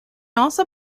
also